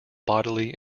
bodily